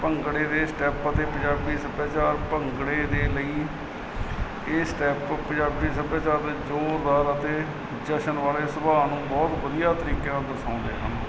ਭੰਗੜੇ ਦੇ ਸਟੈਪ ਅਤੇ ਪੰਜਾਬੀ ਸੱਭਿਆਚਾਰ ਭੰਗੜੇ ਦੇ ਲਈ ਇਹ ਸਟੈਪ ਪੰਜਾਬੀ ਸੱਭਿਆਚਾਰ ਵਿੱਚ ਜ਼ੋਰਦਾਰ ਅਤੇ ਜਸ਼ਨ ਵਾਲੇ ਸੁਭਾਅ ਨੂੰ ਬਹੁਤ ਵਧੀਆ ਤਰੀਕੇ ਨਾਲ ਦਰਸਾਉਂਦੇ ਹਨ